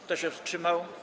Kto się wstrzymał?